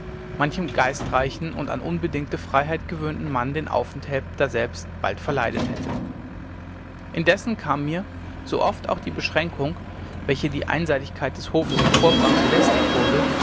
manchem geistreichen und an unbedingte freiheit gewöhnten mann den aufenthalt daselbst bald verleidet hätte indessen kam mir sooft auch die beschränkung welche die einseitigkeit des hofes hervorbrachte lästig wurde